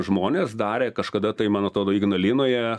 žmonės darė kažkada tai man atrodo ignalinoje